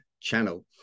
channel